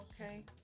okay